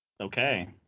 Okay